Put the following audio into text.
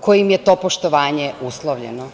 kojim je to poštovanje uslovljeno?